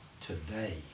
today